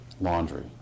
laundry